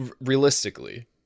realistically